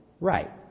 right